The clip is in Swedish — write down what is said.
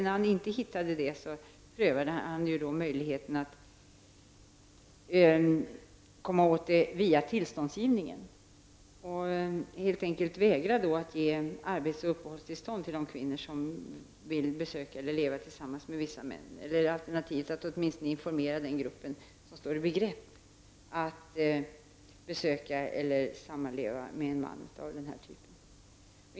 När han inte hittade det prövade han möjligheten att gå via tillståndsgivningen, så att man helt enkelt vägrar att ge arbets och uppehållstillstånd till de kvinnor som vill besöka eller leva tillsammans med vissa män, eller alternativt åtminstone informera den grupp kvinnor som står i begrepp att besöka eller flytta ihop med män av den här typen.